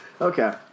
Okay